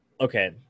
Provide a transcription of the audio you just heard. okay